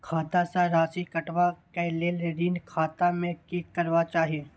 खाता स राशि कटवा कै लेल ऋण खाता में की करवा चाही?